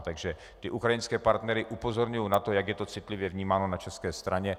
Takže ukrajinské partnery upozorňuji na to, jak je to citlivě vnímáno na české straně.